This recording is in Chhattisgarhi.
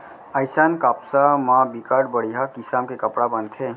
अइसन कपसा म बिकट बड़िहा किसम के कपड़ा बनथे